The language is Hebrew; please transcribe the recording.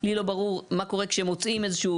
לי לא ברור מה קורה כשמוצאים איזשהו,